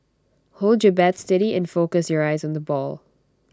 hold your bat steady and focus your eyes on the ball